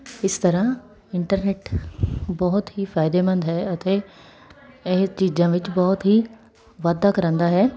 ਇਸ ਤਰ੍ਹਾਂ ਇੰਟਰਨੈਟ ਬਹੁਤ ਹੀ ਫਾਇਦੇਮੰਦ ਹੈ ਅਤੇ ਇਹ ਚੀਜ਼ਾਂ ਵਿੱਚ ਬਹੁਤ ਹੀ ਵਾਧਾ ਕਰਾਉਂਦਾ ਹੈ